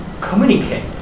communicate